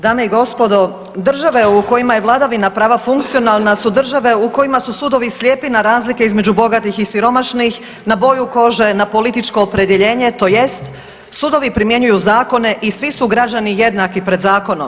Dame i gospodo, države u kojima je vladavina prava funkcionalna su države u kojima su sudovi slijepi na razlike između bogatih i siromašnih, na boju kože, na političko opredjeljenje to jest, sudovi primjenjuju zakone i svi su građani jednaki pred zakonom.